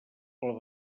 pel